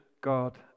God